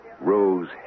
Rose